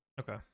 okay